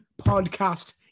podcast